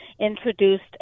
introduced